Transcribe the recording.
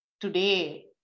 today